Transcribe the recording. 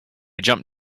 jump